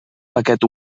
paquet